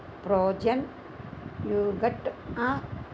frozen yoghurt